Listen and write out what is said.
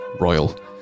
royal